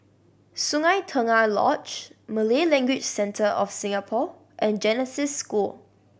Sungei Tengah Lodge Malay Language Centre of Singapore and Genesis School